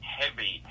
heavy